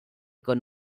con